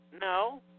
No